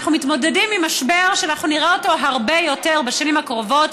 אנחנו מתמודדים עם משבר שאנחנו נראה אותו הרבה יותר בשנים הקרובות.